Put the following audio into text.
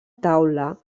taula